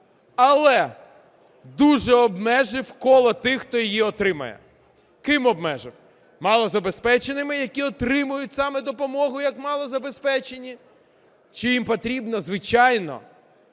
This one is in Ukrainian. Але дуже обмежив коло тих, хто її отримає. Ким обмежив? Малозабезпеченими, які отримують саме допомогу як малозабезпечені. Чи їм потрібно? Звичайно.